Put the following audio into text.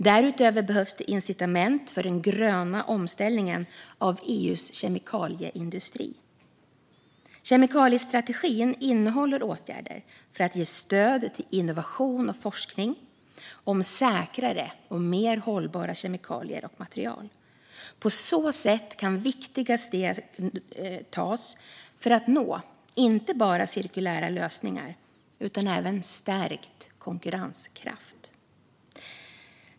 Därutöver behövs det incitament för den gröna omställningen av EU:s kemikalieindustri. Kemikaliestrategin innehåller åtgärder för att ge stöd till innovation och forskning om säkrare och mer hållbara kemikalier och material. På så sätt kan viktiga steg tas för att nå inte bara cirkulära lösningar utan även stärkt konkurrenskraft.